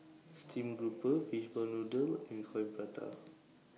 Steamed Grouper Fishball Noodle and Coin Prata